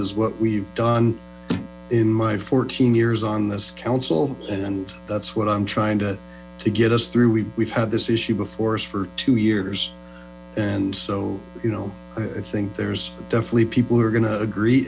is what we've done in my fourteen years on this council and that's what i'm trying to to get us through we've had this issue before us for two years and so you know i think there's definitely people who are going to agree